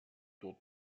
dort